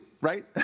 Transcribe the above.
right